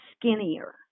skinnier